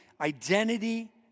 identity